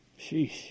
Sheesh